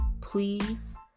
Please